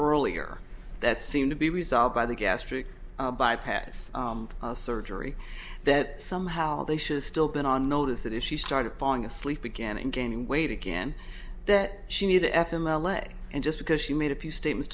earlier that seemed to be resolved by the gastric bypass surgery that somehow they should still been on notice that if she started falling asleep again and gaining weight again that she needed f m l a and just because she made a few statements